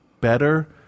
better